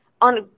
On